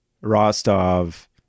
Rostov